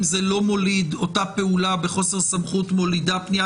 אם אותה פעולה בחוסר סמכות מולידה פנייה